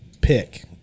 pick